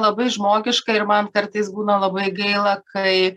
labai žmogiška ir man kartais būna labai gaila kai